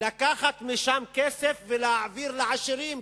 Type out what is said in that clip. לקחת משם כסף ולהעביר לעשירים.